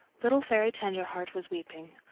little fairy tenderheart was weeping.